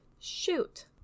Shoot